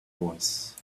voice